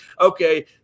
okay